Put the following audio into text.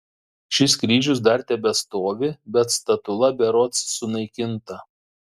šis kryžius dar tebestovi bet statula berods sunaikinta